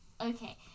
Okay